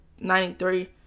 93